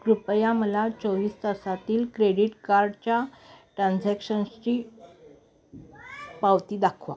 कृपया मला चोवीस तासातील क्रेडीट कार्डच्या ट्रान्झॅक्शन्सची पावती दाखवा